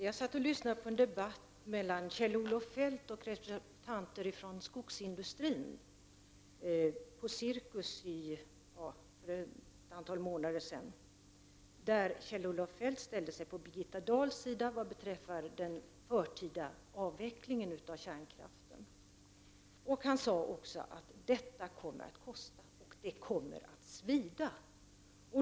Fru talman! För ett antal månader sedan lyssnade jag till en debatt på Cirkus mellan Kjell-Olof Feldt och representanter för skogsindustrin. Kjell Olof Feldt ställde sig då på Birgitta Dahls sida vad beträffar en förtida avveckling av kärnkraften. Han sade också att detta kommer att kosta och att det kommer att svida.